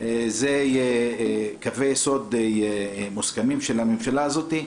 אלה קווי יסוד מוסכמים של הממשלה הזאת.